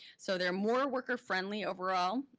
so they're more worker-friendly overall,